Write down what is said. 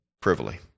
privily